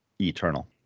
eternal